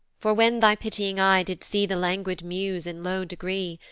for when thy pitying eye did see the languid muse in low degree,